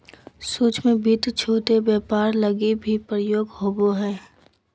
सूक्ष्म वित्त छोट व्यापार लगी भी प्रयोग होवो हय